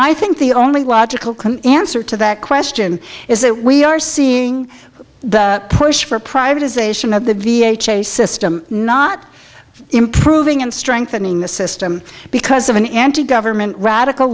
i think the only logical can answer to that question is that we are seeing the push for privatization of the v a chase system not improving and strengthening the system because of an anti government radical